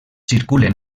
circulen